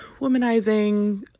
womanizing